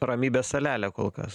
ramybės salelė kol kas